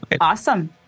Awesome